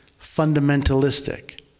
fundamentalistic